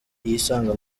yisanga